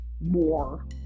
more